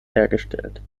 hergestellt